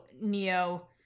Neo